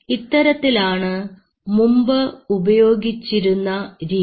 ഇത്തരത്തിലാണ് മുമ്പ് ഉപയോഗിച്ചിരുന്ന രീതി